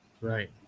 right